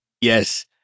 Yes